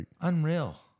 Unreal